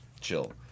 Chill